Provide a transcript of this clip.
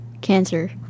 cancer